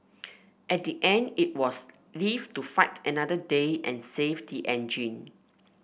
at the end it was live to fight another day and save the engine